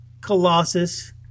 Colossus